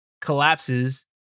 collapses